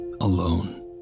alone